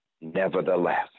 Nevertheless